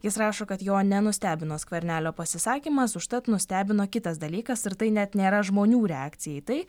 jis rašo kad jo nenustebino skvernelio pasisakymas užtat nustebino kitas dalykas ir tai net nėra žmonių reakcija į tai